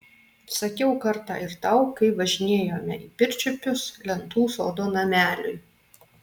sakiau kartą ir tau kai važinėjome į pirčiupius lentų sodo nameliui